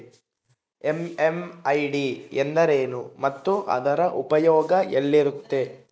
MMID ಎಂದರೇನು ಮತ್ತು ಅದರ ಉಪಯೋಗ ಎಲ್ಲಿರುತ್ತೆ?